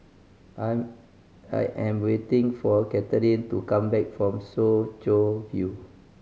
I'm I am waiting for Kathrine to come back from Soo Chow View